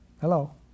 hello